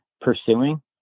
pursuing